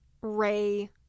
Ray